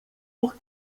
por